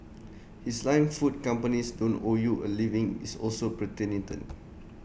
his line food companies don't owe you A living is also